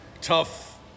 Tough